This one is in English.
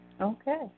Okay